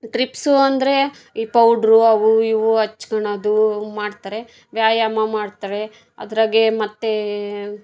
trips ಅಂದರೆ ಈ powder ಅವು ಇವು ಹಚ್ಕಣದು ಅವು ಮಾಡ್ತಾರೆ ವ್ಯಾಯಾಮ ಮಾಡ್ತಾರೆ ಅದರಾಗೇ ಮತ್ತು